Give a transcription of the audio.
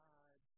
God